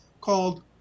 called